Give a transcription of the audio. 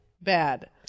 bad